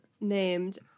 named